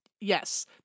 Yes